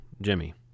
Jimmy